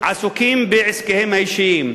עסוקים בעסקיהם האישיים,